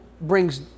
brings